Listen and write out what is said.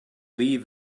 leave